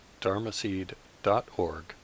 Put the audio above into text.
dharmaseed.org